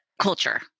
culture